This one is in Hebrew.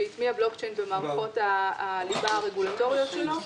שהטמיע בלוקצ'יין במערכות הליבה הרגולטוריות שלו.